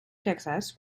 texas